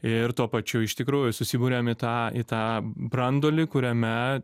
ir tuo pačiu iš tikrųjų susiburiam į tą į tą branduolį kuriame